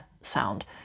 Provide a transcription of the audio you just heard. sound